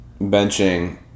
Benching